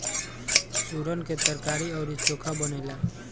सुरन के तरकारी अउरी चोखा बनेला